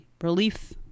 relief